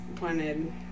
wanted